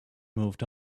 moved